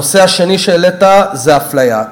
הנושא השני שהעלית זה אפליה.